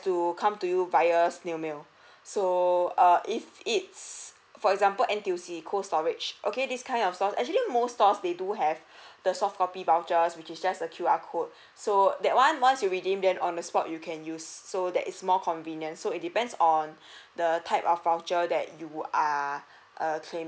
to come to you via snail mail so err if it's for example N_T_U_C cold storage okay this kind stores actually most stores they do have the soft copy vouchers which is just a Q_R code so that one once you redeem then on the spot you can use so that is more convenient so it depends on the type of voucher that you uh err claiming